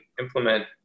implement